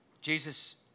Jesus